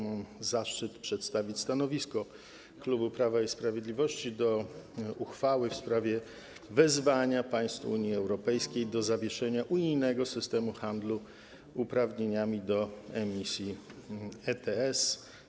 Mam zaszczyt przedstawić stanowisko klubu Prawa i Sprawiedliwości wobec uchwały w sprawie wezwania państw Unii Europejskiej do zawieszenia unijnego systemu handlu uprawnieniami do emisji, ETS.